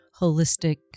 holistic